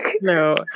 No